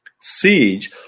Siege